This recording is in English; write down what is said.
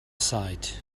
sight